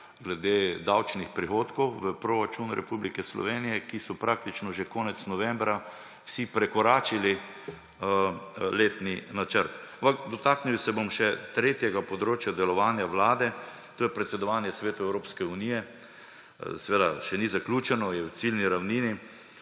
glede davčnih prihodkov v proračun Republike Slovenije, ki so praktično že konec novembra vsi prekoračili letni načrt. Dotaknil se bom še tretjega področja delovanja Vlade, to je predsedovanje Svetu Evropske unije. Seveda še ni zaključeno, je v ciljni ravnini.